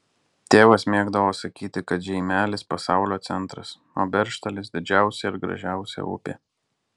tėvas mėgdavo sakyti kad žeimelis pasaulio centras o beržtalis didžiausia ir gražiausia upė